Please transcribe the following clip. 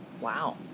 Wow